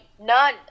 none